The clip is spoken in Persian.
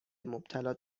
مبتلا